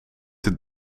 het